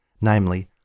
namely